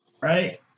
Right